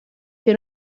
que